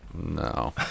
no